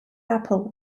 apple